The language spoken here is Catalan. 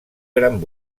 gran